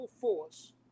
force